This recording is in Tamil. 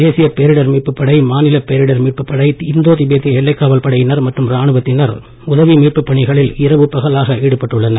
தேசியப் பேரிடர் மீட்புப்படை மாநில பேரிடர் மீட்புப் படை இந்தோ திபேத்திய எல்லைக் காவல் படையினர் மற்றும் ராணுவத்தினர் உதவி மீட்புப் பணிகளில் இரவு பகலாக ஈடுபட்டுள்ளனர்